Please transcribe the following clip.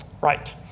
Right